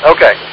Okay